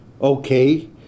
okay